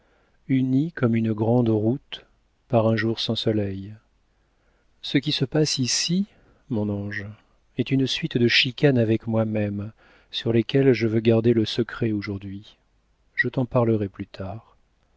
uni comme une grande route par un jour sans soleil ce qui se passe ici mon ange est une suite de chicanes avec moi-même sur lesquelles je veux garder le secret aujourd'hui je t'en parlerai plus tard